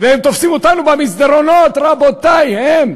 והם תופסים אותנו במסדרונות, רבותי, הם,